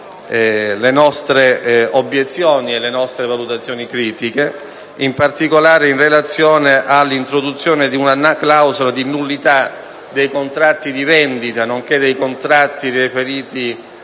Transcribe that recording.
le nostre obiezioni e le nostre valutazioni critiche. Mi riferisco in particolare all'introduzione di una clausola di nullità dei contratti di vendita nonché dei contratti riferiti